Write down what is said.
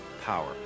power